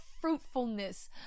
fruitfulness